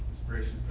inspiration